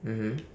mmhmm